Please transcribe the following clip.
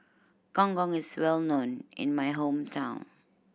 Gong Gong is well known in my hometown